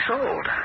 sold